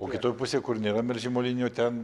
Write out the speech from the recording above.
o kitoj pusėj kur nėra melžimo linijų ten